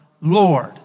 Lord